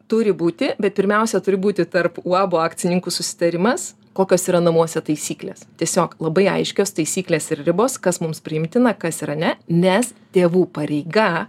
turi būti bet pirmiausia turi būti tarp uabo akcininkų susitarimas kokios yra namuose taisyklės tiesiog labai aiškios taisyklės ir ribos kas mums priimtina kas yra ne nes tėvų pareiga